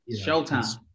Showtime